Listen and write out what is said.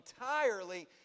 entirely